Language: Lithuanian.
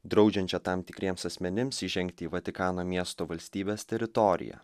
draudžiančią tam tikriems asmenims įžengti į vatikano miesto valstybės teritoriją